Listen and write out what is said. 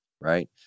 right